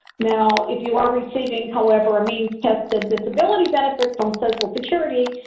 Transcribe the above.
now, if you're receiving, however a means tested disability benefit from social security,